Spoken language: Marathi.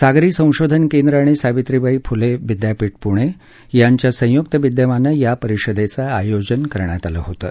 सागरी संशोधन केंद्र आणि सावित्रीबाई फुले विद्यापीठ पुणे यांच्या संयुक्त विद्यमाने या परिषदेचं आयोजन करण्यात आलं होतं